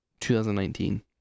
2019